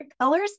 colors